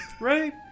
Right